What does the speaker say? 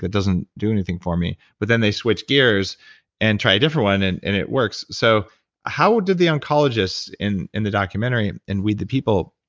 doesn't do anything for me. but then they switch gears and try a different one, and and it works. so how did the oncologists in in the documentary, in weed the people,